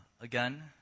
Again